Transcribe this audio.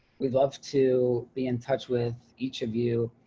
we'd love to be in touch with each of you.